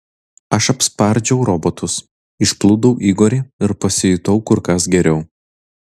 aš apspardžiau robotus išplūdau igorį ir pasijutau kur kas geriau